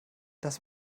das